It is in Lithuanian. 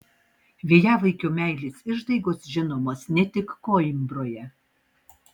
vėjavaikio meilės išdaigos žinomos ne tik koimbroje